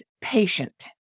patient